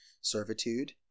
servitude